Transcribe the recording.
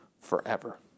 forever